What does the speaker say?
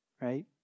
right